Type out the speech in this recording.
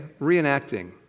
reenacting